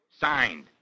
Signed